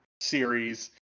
series